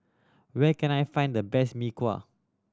where can I find the best Mee Kuah